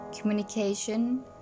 communication